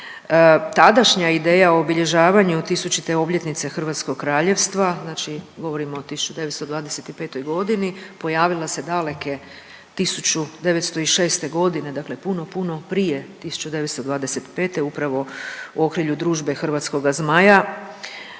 Tadašnja ideja o obilježavanju 1000-te obljetnice Hrvatskog Kraljevstva, znači govorimo o 1925.g., pojavila se daleke 1906.g., dakle puno, puno prije 1925. upravo u okrilju Družbe Hrvatskoga Zmaja